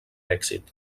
èxit